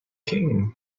king